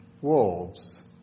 wolves